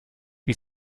wie